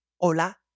Hola